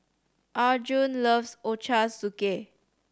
Arjun loves Ochazuke